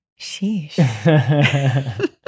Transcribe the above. Sheesh